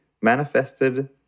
manifested